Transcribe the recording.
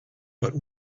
but